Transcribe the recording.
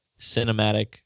cinematic